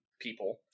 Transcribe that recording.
people